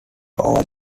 over